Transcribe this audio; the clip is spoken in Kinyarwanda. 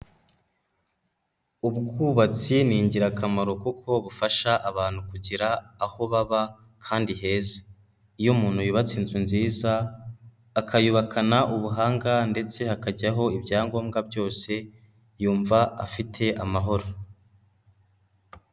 Ubwubatsi ni ingirakamaro kuko bufasha abantu kugira aho baba kandi heza, iyo umuntu yubatse inzu nziza akayubakana ubuhanga ndetse hakajyaho ibya ngombwa byose yumva afite amahoro.